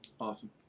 Awesome